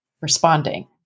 responding